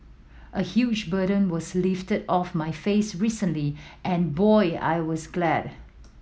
a huge burden was lifted off my face recently and boy I was glad